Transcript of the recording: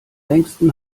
längsten